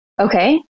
Okay